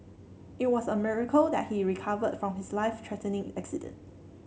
it was a miracle that he recovered from his life threatening accident